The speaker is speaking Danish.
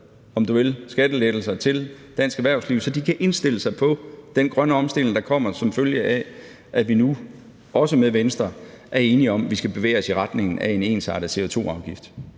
om man vil – til dansk erhvervsliv, så de kan indstille sig på den grønne omstilling, der kommer, som følge af at vi nu, også med Venstre, er enige om, at vi skal bevæge os i retning af en ensartet CO2-afgift.